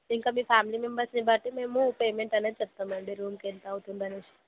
ఇంకా మీ ఫామిలీ మెంబర్స్ని బట్టి మేము పేమెంట్ అనేది చెప్తాం అండి రూమ్ ఎంత అవుతుంది అని